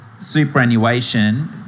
superannuation